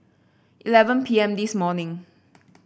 eleven P M this morning